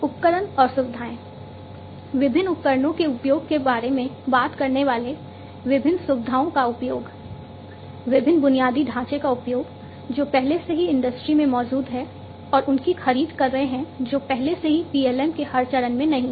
उपकरण और सुविधाएं विभिन्न उपकरणों के उपयोग के बारे में बात करने वाले विभिन्न सुविधाओं का उपयोग विभिन्न बुनियादी ढांचे का उपयोग जो पहले से ही इंडस्ट्री में मौजूद हैं और उनकी खरीद कर रहे हैं जो पहले से ही PLM के हर चरण में नहीं हैं